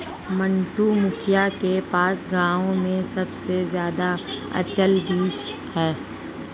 मंटू, मुखिया के पास गांव में सबसे ज्यादा अचल पूंजी है